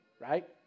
right